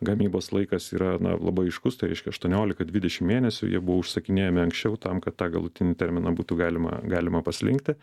gamybos laikas yra na labai aiškus tai reiškia aštuoniolika dvidešim mėnesių jie buvo užsakinėjami anksčiau tam kad tą galutinį terminą būtų galima galima paslinkti